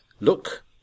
look